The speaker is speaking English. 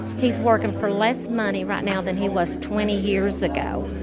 he's working for less money right now than he was twenty years ago.